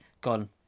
gone